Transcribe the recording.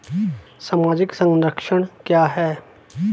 सामाजिक संरक्षण क्या है?